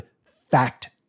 fact